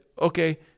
okay